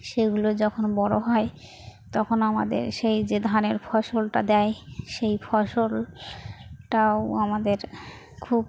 সেগুলো যখন বড়ো হয় তখন আমাদের সেই যে ধানের ফসলটা দেয় সেই ফসলটাও আমাদের খুব